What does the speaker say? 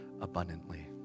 abundantly